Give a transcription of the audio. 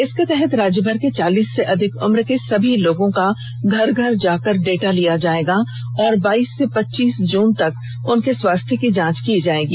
इसके तहत राज्यभर के चालीस से अधिक उम्र के सभी लोगों का घर घर जाकर डाटा लिया जाएगा और बाइस से चौबीस जून तक उनके स्वास्थ्य की जांच की जाएगी